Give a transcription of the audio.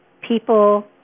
people